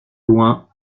loin